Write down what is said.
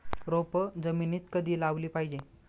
रोपे जमिनीत कधी लावली पाहिजे?